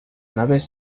naves